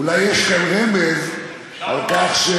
אולי יש כאן רמז על כך,